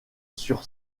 sur